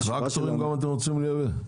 --- טרקטורים גם אתם רוצים לייבא?